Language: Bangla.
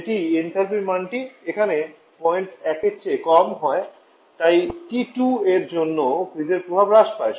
এটি এনথ্যালপি মানটি এখানে পয়েন্ট 1 এর চেয়ে কম হয় এই টি 2 এর জন্য ফ্রিজের প্রভাব হ্রাস পায়